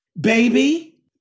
baby